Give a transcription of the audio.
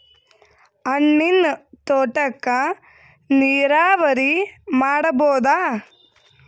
ಹಣ್ಣಿನ್ ತೋಟಕ್ಕ ನೀರಾವರಿ ಮಾಡಬೋದ?